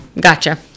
Gotcha